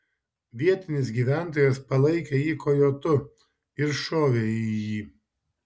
vietinis gyventojas palaikė jį kojotu ir šovė į jį